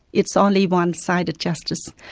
it's only one-sided justice.